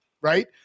right